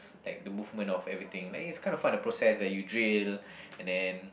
like the movement of everything like it's kind of fun of the process like you drill and then